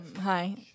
Hi